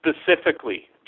specifically